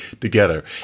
together